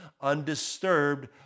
undisturbed